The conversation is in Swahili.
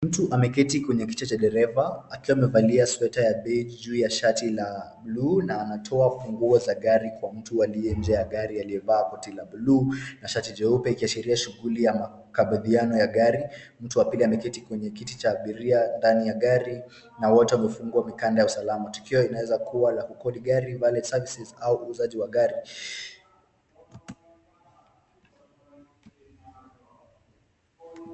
Mtu ameketi kwenye kiti cha dereva akiwa amevalia sweta ya beiji juu ya shati la buluu na anatoa funguo za gari kwa mtu aliye nje ya gari aliye vaa koti la buluu na shati jeupe ikiashiria shughuli ya makabidhiano ya gari. Mtu wa pili ameketi kwenye kiti cha abiria ndani ya gari na wote wamefungwa mikanda ya usalama. Tukio inaweza kuwa la kukodi gari, valet services au uuzaji wa gari.